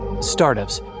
startups